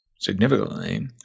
significantly